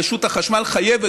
רשות החשמל חייבת,